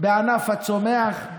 בענף הצומח,